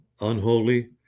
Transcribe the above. unholy